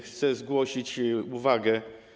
Chcę zgłosić uwagę.